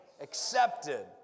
Accepted